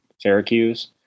Syracuse